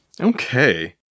Okay